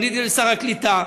פניתי לשר הקליטה,